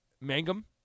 Mangum